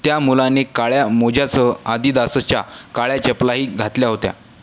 त्या मुलाने काळ्या मोज्यासह आदिदासच्या काळ्या चपलाही घातल्या होत्या